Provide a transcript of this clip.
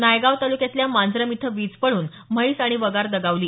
नायगाव तालुक्यातल्या मांजरम इथं वीज पडून म्हैस आणि वगार दगावली